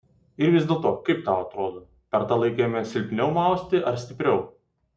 ir vis dėlto kaip tau atrodo per tą laiką ėmė silpniau mausti ar stipriau